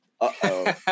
Uh-oh